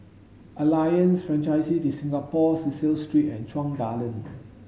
Alliance Francaise de Singapour Cecil Street and Chuan Garden